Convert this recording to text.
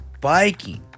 biking